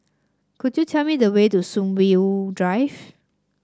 could you tell me the way to Sunview Drive